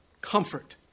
comfort